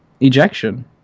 ejection